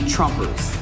Trumpers